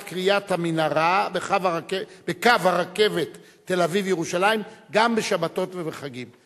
כריית המנהרה בקו הרכבת תל-אביב ירושלים גם בשבתות ובחגים.